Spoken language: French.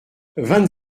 vingt